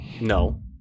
No